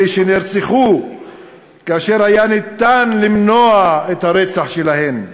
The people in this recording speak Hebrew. אלה שנרצחו כאשר היה אפשר למנוע את הרצח שלהן.